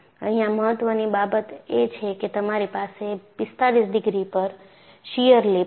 અહીંયા મહત્વની બાબત એ છે કે તમારી પાસે 45 ડિગ્રી પર શીયર લિપ છે